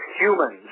humans